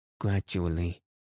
Gradually